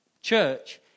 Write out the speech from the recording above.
church